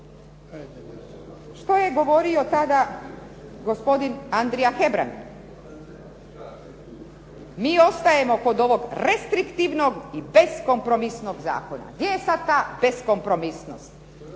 Što je govorio tada gospodin Andrija Hebrang? Mi ostajemo kod ovog restriktivnog i beskompromisnog zakona. Gdje je sad ta beskompromisnost?